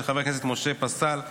של חבר הכנסת משה פסל.